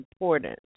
important